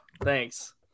thanks